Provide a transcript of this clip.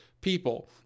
people